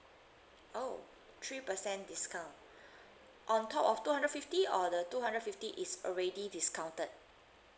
oh three percent discount on top of two hundred fifty or the two hundred fifty is already discounted